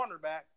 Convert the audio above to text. cornerback